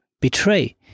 betray